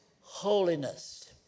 holiness